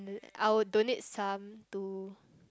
I would donate some to